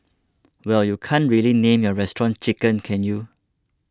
well you can't really name your restaurant chicken can you